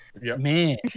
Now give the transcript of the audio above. Man